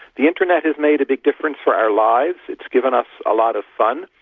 the internet has made a big difference for our lives, it's given us a lot of fun,